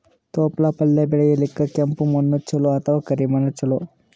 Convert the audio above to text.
ತೊಪ್ಲಪಲ್ಯ ಬೆಳೆಯಲಿಕ ಕೆಂಪು ಮಣ್ಣು ಚಲೋ ಅಥವ ಕರಿ ಮಣ್ಣು ಚಲೋ?